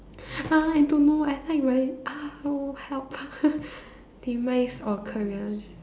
uh I don't know I like my !aiyo! help demise or career